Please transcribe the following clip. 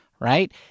Right